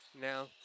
now